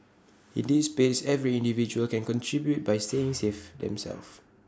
in this space every individual can contribute by staying safe themselves